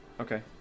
Okay